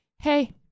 hey